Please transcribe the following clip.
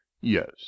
yes